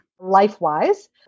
life-wise